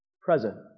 present